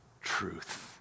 truth